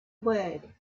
word